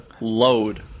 load